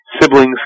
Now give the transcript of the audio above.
siblings